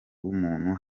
w’umuntu